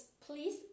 please